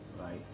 right